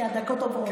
הדקות עוברות.